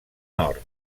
nord